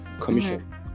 Commission